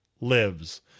lives